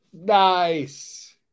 Nice